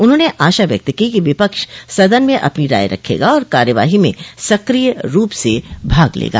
उन्होंने आशा व्यक्त की कि विपक्ष सदन में अपनी राय रखेगा और कार्यवाही में सक्रिय रूप से भाग लेगा